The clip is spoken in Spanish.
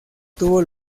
tuvo